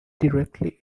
directly